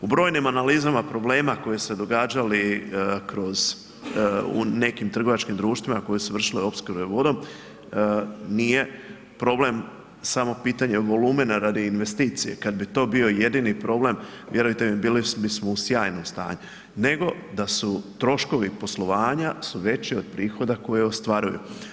U brojim analizama problema koji su se događali kroz, u nekim trgovačkim društvima koji su vršili opskrbe vodom, nije problem samo pitanje volumena radi investicije, kada bi to bio jedini problem, vjerujte mi bili bismo u sjajnom stanju, nego da su troškovi poslovanja, da su veći od prihoda koje ostvaruju.